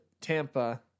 Tampa